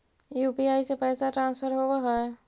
UPI से पैसा transfer होवहै?